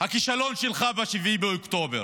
הכישלון שלך ב-7 באוקטובר